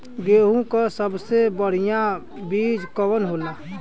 गेहूँक सबसे बढ़िया बिज कवन होला?